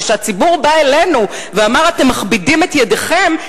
כשהציבור בא אלינו ואמר: אתם מכבידים את ידכם,